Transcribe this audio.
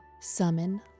Summon